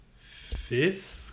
fifth